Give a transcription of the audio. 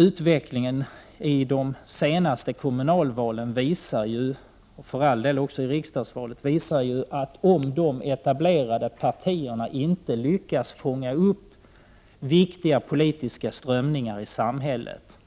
Utvecklingen i de senaste kommunalvalen, och för all del också i det senaste riksdagsvalet, visar att om de etablerade partierna inte lyckas fånga upp viktiga politiska strömningar i samhället,